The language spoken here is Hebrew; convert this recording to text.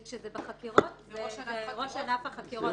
וכשזה בחקירות זה ראש ענף החקירות,